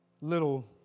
little